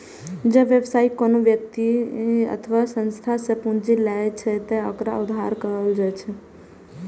जब व्यवसायी कोनो व्यक्ति अथवा संस्था सं पूंजी लै छै, ते ओकरा उधार कहल जाइ छै